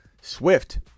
Swift